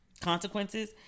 consequences